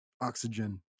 oxygen